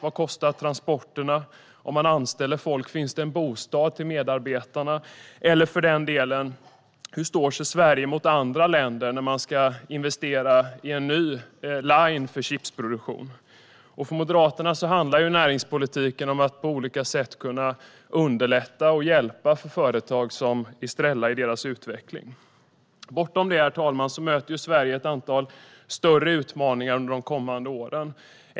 Vad kostar transporterna? Finns det bostäder till medarbetare om man anställer folk? Hur står sig Sverige mot andra länder när man ska investera i en ny line för chipsproduktion? För Moderaterna handlar näringspolitiken om att på olika sätt underlätta för och hjälpa företag som Estrella i deras utveckling. Bortom det, herr talman, möter Sverige ett antal större utmaningar under de kommande åren.